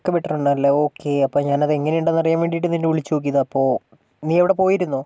okay വിട്ടിട്ടുണ്ടല്ലെ okay അപ്പോൾ ഞാൻ അത് എങ്ങനെ ഉണ്ടെന്ന് അറിയാൻ വേണ്ടിയിട്ട് നിന്നെ വിളിച്ചു നോക്കിയതാണ് അപ്പോൾ നീ അവിടെ പോയിരുന്നോ